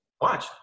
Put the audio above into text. Watch